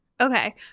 Okay